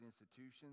institutions